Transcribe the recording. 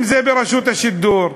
אם ברשות השידור,